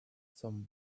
some